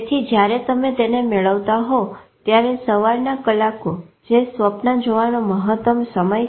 તેથી જયારે તમે તેને મેળવતા હોવ ત્યારે સવારના કલાકો જે સ્વપ્ના જોવાનો મહતમ સમય છે